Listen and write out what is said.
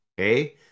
okay